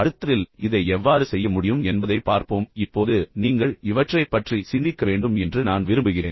அடுத்ததில் நீங்கள் இதை எவ்வாறு செய்ய முடியும் என்பதைப் பார்ப்போம் ஆனால் இப்போது நீங்கள் இவற்றைப் பற்றி சிந்திக்க வேண்டும் என்று நான் விரும்புகிறேன்